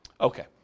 Okay